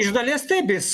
iš dalies taip jis